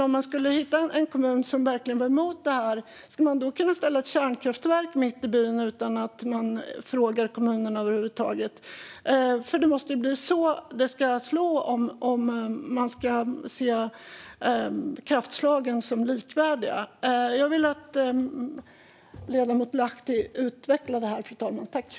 Om man skulle hitta en kommun som verkligen var emot det, ska man då kunna ställa ett kärnkraftverk mitt i byn utan att man frågar kommunen över huvud taget? Det måste bli så det ska slå om man ska se kraftslagen som likvärdiga. Jag vill att ledamoten Lahti utvecklar det, fru talman.